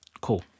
cool